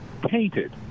painted